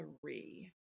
three